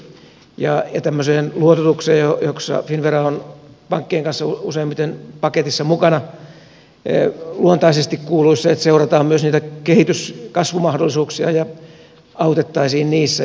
ja tämmöiseen luototukseen jossa finnvera on pankkien kanssa useimmiten paketissa mukana luontaisesti kuuluisi se että seurataan myös niitä kehitys kasvumahdollisuuksia ja autettaisiin niissä